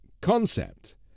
concept